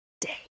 day